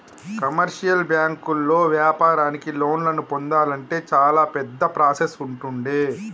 commercial బ్యాంకుల్లో వ్యాపారానికి లోన్లను పొందాలంటే చాలా పెద్ద ప్రాసెస్ ఉంటుండే